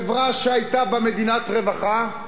חברה שהיתה בה, מדינת רווחה.